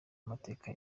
amateka